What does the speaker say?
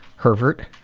herbert,